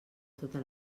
tota